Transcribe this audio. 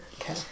Okay